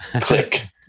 Click